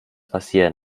passieren